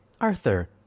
Arthur